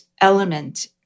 element